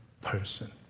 person